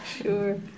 Sure